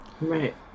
right